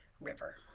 River